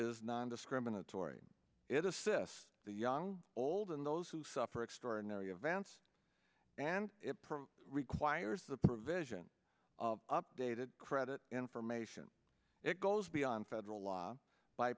is nondiscriminatory it assists the young old and those who suffer extraordinary advance and it requires the provision updated credit information it goes beyond